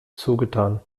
zugetan